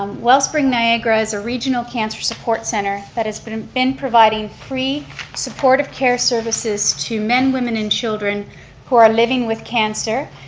um wellspring niagara is a regional cancer support center that has been and been providing free supportive care services to men, women and children who are living with cancer,